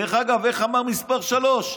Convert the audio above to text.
דרך אגב, איך אמר מספר שלוש?